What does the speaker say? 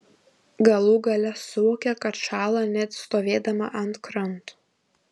galų gale suvokė kad šąla net stovėdama ant kranto